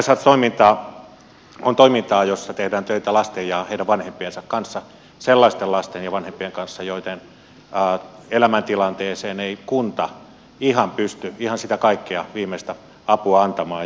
icehearts toiminta on toimintaa jossa tehdään töitä lasten ja heidän vanhempiensa kanssa sellaisten lasten ja vanhempien kanssa joiden elämäntilanteeseen ei kunta pysty ihan sitä kaikkea viimeistä apua antamaan